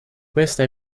questa